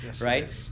right